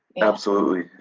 absolutely.